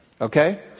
Okay